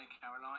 Caroline